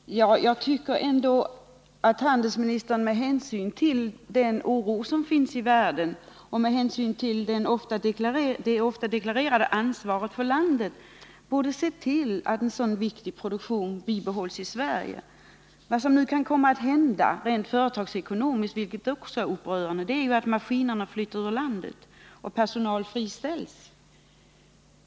Herr talman! Jag tycker ändå att handelsministern med hänsyn till den oro som finns i världen och det ofta deklarerade ansvaret för landet borde se till att en så viktig produktion bibehålls i Sverige. Vad som nu kan komma att hända rent företagsekonomiskt, vilket också är upprörande, är att maskinerna flyttas ur landet och personal friställs.